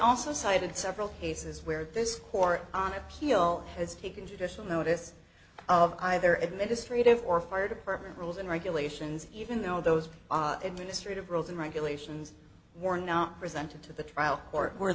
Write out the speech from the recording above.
also cited several cases where this court on appeal has taken judicial notice of either administrative or fire department rules and regulations even though those administrative rules and regulations were not presented to the trial or were